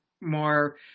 more